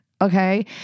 okay